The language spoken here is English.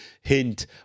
hint